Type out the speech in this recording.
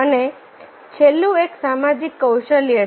અને છેલ્લું એક સામાજિક કૌશલ્ય છે